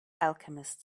alchemist